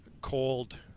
cold